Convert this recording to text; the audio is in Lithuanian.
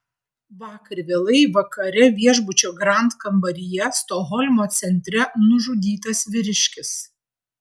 vakar vėlai vakare viešbučio grand kambaryje stokholmo centre nužudytas vyriškis